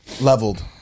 leveled